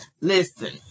listen